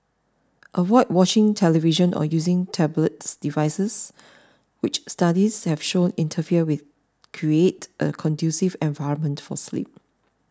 avoid watching television or using tablets devices which studies have shown interfere with create a conducive environment for sleep